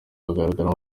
hazagaragaramo